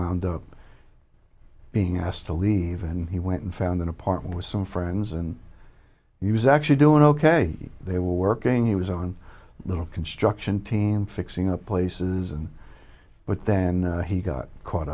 wound up being asked to leave and he went and found an apartment with some friends and he was actually doing ok they were working he was on a little construction team fixing up places but then he got caught